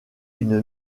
une